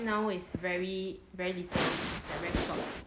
now is very very little very short